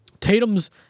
Tatum's